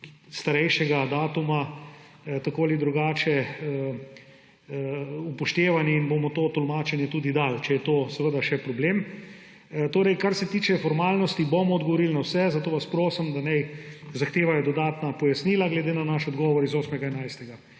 starejšega datuma tako ali drugače upoštevani; in bomo to tolmačenje tudi še dali, če je to seveda še problem. Kar se tiče formalnosti, bomo odgovorili na vse, zato vas prosim, da naj zahtevajo dodatna pojasnila glede na naš odgovor z 8.